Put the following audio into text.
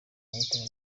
mahitamo